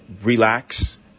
relax